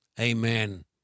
Amen